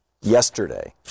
yesterday